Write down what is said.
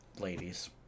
ladies